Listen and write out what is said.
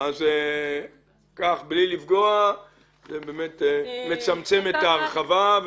אז בלי לפגוע אנחנו נצמצם את ההרחבה,